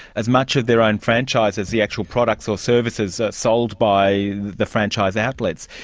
as much of their own franchise as the actual products or services sold by the franchise outlets.